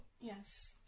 Yes